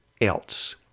else